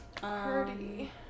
Party